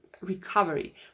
recovery